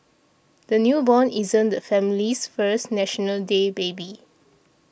the newborn isn't the family's first National Day baby